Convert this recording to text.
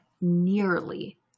nearly